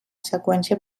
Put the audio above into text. seqüència